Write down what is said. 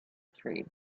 tree